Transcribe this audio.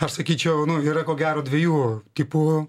aš sakyčiau yra ko gero dviejų tipų